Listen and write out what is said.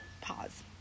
pause